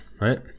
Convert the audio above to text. right